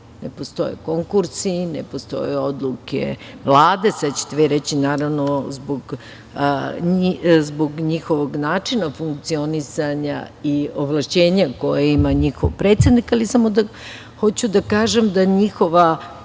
ne postoje konkursi, ne postoje odluke Vlade. Sad ćete vi reći – naravno, zbog njihovog načina funkcionisanja i ovlašćenja koja ime njihov predsednik, ali samo hoću da kažem da njihova